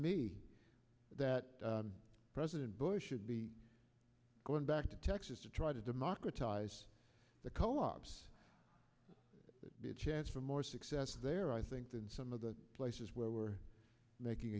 me that president bush should be going back to texas to try to democratize the co ops be a chance for more success there i think than some of the places where we're making